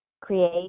create